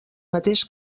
mateix